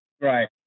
Right